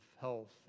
health